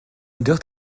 d’heures